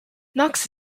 knox